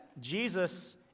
Jesus